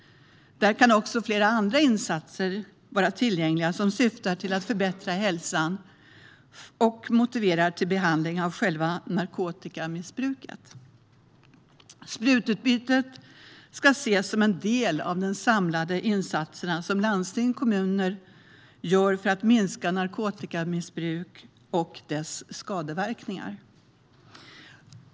Där kan också flera andra insatser vara tillgängliga, som syftar till att förbättra hälsan och motiverar till behandling av själva narkotikamissbruket. Sprututbytet ska ses som en del av de samlade insatser som landsting och kommuner gör för att minska narkotikamissbruket och dess skadeverkningar.